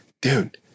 Dude